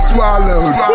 Swallowed